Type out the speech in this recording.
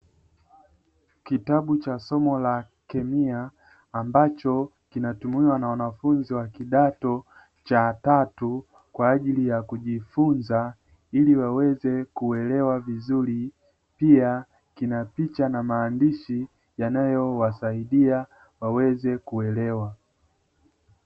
Kitabu cha somo la kemia ambacho kinatumiwa na wanafunzi wa kidato cha tatu kwa ajili ya kujifunza ili waweze kuelewa vizuri, pia kina picha na maandishi yanayo wasaidia waweze kuelewa.